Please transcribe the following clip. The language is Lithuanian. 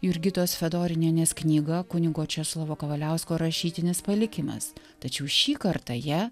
jurgitos fedorinienės knyga kunigo česlovo kavaliausko rašytinis palikimas tačiau šį kartą ja